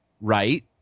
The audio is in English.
right